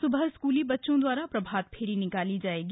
सुबह स्कूली बच्चों द्वारा प्रभात फेरी निकाली जाएगी